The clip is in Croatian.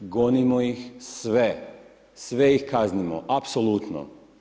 Gonimo ih sve, sve ih kaznimo, apsolutno.